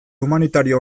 humanitario